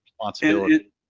responsibility